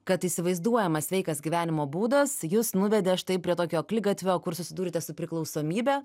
kad įsivaizduojamas sveikas gyvenimo būdas jus nuvedė štai prie tokio akligatvio kur susidūrėte su priklausomybe